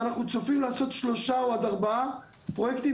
ואנחנו צופים לעשות שלושה עד ארבעה פרוייקטים